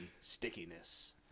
stickiness